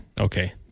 Okay